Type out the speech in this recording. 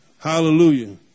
Hallelujah